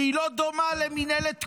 שהיא לא דומה למינהלת תקומה,